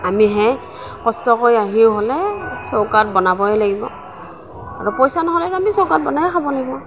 আমিহে কষ্ট কৰি আহি হ'লে চৌকাত বনাবই লাগিব আৰু পইচা নহ'লেতো আমি চৌকাত বনায়ে খাব লাগিব